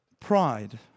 pride